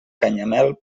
canyamel